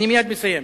אני מייד מסיים.